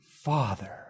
Father